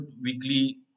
weekly